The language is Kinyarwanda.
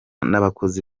n’abakozi